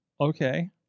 Okay